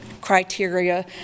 criteria